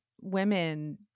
women